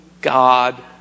God